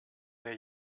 der